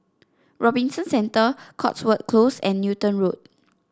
Robinson Centre Cotswold Close and Newton Road